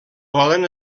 poden